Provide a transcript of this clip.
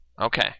Okay